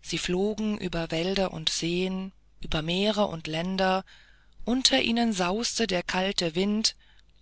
sie flogen über wälder und seen über meere und länder unter ihnen sauste der kalte wind